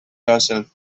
yourself